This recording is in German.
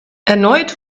erneut